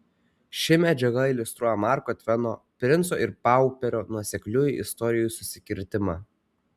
ši medžiaga iliustruoja marko tveno princo ir pauperio nuosekliųjų istorijų susikirtimą